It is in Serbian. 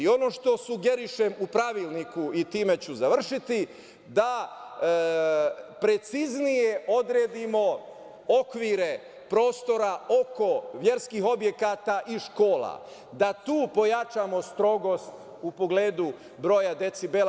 Ono što sugerišem u pravilniku, i time ću završiti, da preciznije odredimo okvire prostora oko verskih objekata i škola, da tu pojačamo strogost u pogledu broja decibela.